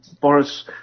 Boris